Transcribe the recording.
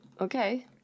Okay